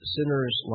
Sinners